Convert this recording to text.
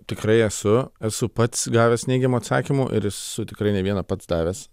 tikrai esu esu pats gavęs neigiamų atsakymų ir esu tikrai ne vieną pats davęs